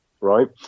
right